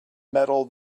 metal